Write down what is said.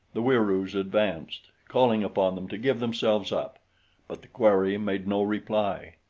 the wieroos advanced, calling upon them to give themselves up but the quarry made no reply.